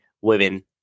women